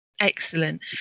Excellent